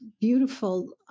beautiful